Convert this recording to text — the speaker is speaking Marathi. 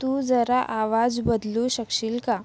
तू जरा आवाज बदलू शकशील का